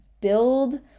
build